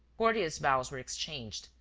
courteous bows were exchanged,